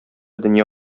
дөнья